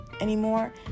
anymore